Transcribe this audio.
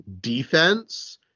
defense